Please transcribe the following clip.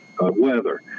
weather